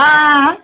आं आं